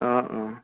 অঁ অঁ